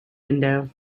window